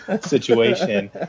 situation